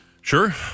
Sure